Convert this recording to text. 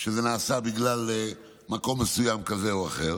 שזה נעשה בגלל מקום מסוים כזה או אחר